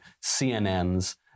CNN's